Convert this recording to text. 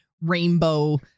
rainbow